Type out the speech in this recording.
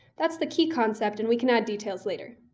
that's the key concept, and we can add details later.